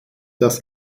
das